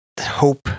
hope